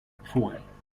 empfohlen